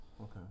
okay